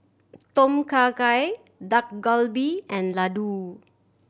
Tom Kha Gai Dak Galbi and Ladoo